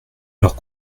leur